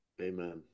Amen